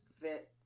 fit